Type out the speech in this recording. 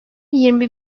yirmi